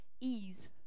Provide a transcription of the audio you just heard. ease